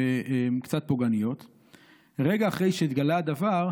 קצת פוגעניות: "רגע אחרי שהתגלה הדבר,